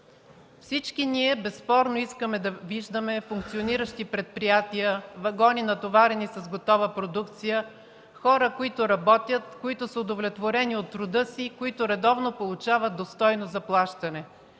Всички ние безспорно искаме да виждаме функциониращи предприятия, вагони, натоварени с готова продукция, хора, които работят, които са удовлетворени от труда си, които редовно получават достойно заплащане,